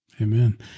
Amen